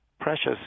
precious